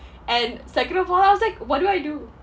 and second of all I was like what do I do